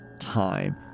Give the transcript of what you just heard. time